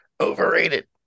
Overrated